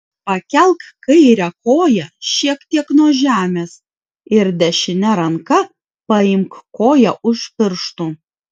pakelk kairę koją šiek tiek nuo žemės ir dešine ranka paimk koją už pirštų